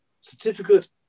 certificate